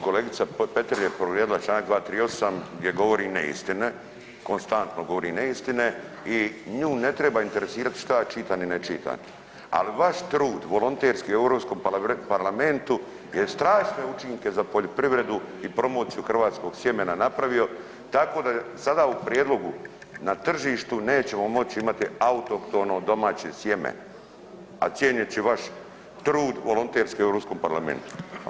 Kolegica Petrir je povrijedila Članak 238. gdje govori neistine, konstantno govori neistine i nju ne treba interesirati šta ja čitam i ne čitam, a vaš trud volonterski u Europskom parlamentu je strašne učinke za poljoprivredu i promociju hrvatskog sjemena napravio tako da sada u prijedlogu na tržištu nećemo moći imati autohtono domaće sjeme, a cijeneći vaš trud volonterski u Europskom parlamentu.